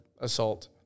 assault